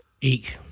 eek